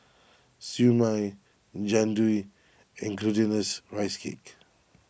Siew Mai Jian Dui and Glutinous Rice Cake